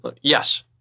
Yes